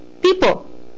People